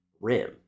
rim